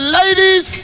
ladies